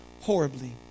horribly